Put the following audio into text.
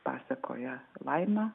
pasakoja laima